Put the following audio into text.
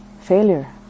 failure